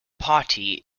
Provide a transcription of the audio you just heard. party